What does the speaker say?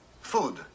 Food